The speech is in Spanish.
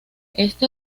este